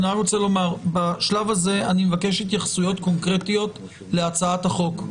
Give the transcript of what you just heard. בשלב הזה אני מבקש התייחסויות קונקרטיות להצעת החוק.